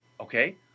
okay